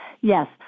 yes